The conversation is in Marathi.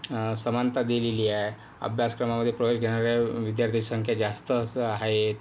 समानता दिलेली आहे अभ्यासक्रमामध्ये प्रवेश देणाऱ्या विद्यार्थ्याची संख्या जास्तच आहे